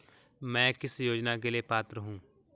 मैं किस योजना के लिए पात्र हूँ?